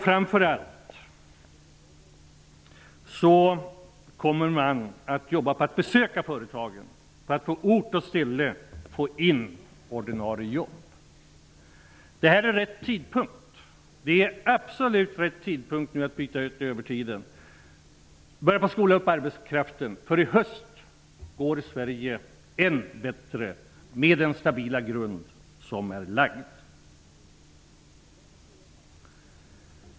Framför allt kommer man att jobba med att besöka företagen för att på ort och ställe få till ordinarie jobb. Det är absolut rätt tidpunkt att byta ut övertiden och börja att skola upp arbetskraften. I höst går Sverige än bättre, med den stabila grund som är lagd.